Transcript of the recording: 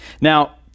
Now